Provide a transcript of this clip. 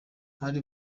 hari